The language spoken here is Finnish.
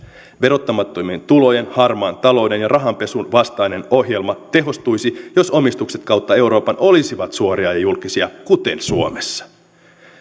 verottamattomien tulojen harmaan talouden ja rahanpesun vastainen ohjelma tehostuisi jos omistukset kautta euroopan olisivat suoria ja julkisia kuten suomessa